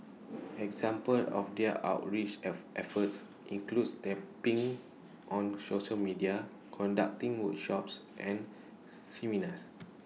examples of their outreach F efforts includes tapping on social media conducting workshops and seminars